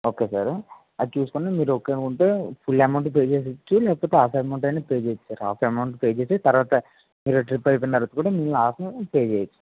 okay sir అది చూసుకుని మీరు ఓకే అనుకుంటే ఫుల్ అమౌంట్ పే చేసేయచ్చు లేకపోతే హాఫ్ అమౌంట్ అయినా పే చెయ్యచ్చు హాఫ్ అమౌంట్ పే చేసి తర్వాత మీ ట్రిప్ అయిపోయిం తర్వాత కూడా మిగిలిన హాఫ్ పే చెయ్యచ్చు